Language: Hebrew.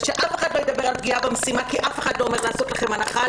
ושאף אחד לא ידבר על פגיעה במשימה כי אף אחד לא עומד לעשות לכן הנחה,